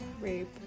rape